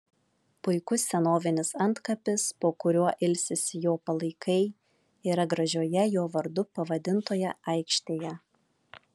puikus senovinis antkapis po kuriuo ilsisi jo palaikai yra gražioje jo vardu pavadintoje aikštėje